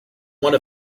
one